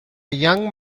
young